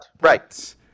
right